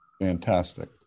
Fantastic